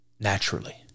naturally